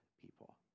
people